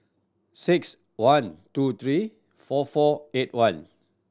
six one two three four four eight one